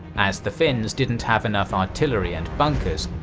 as the finns didn't have enough artillery and bunkers,